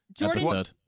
episode